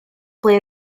ble